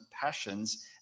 passions